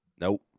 Nope